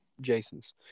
Jason's